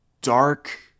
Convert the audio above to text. dark